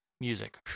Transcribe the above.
music